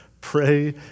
pray